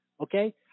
okay